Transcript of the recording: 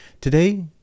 Today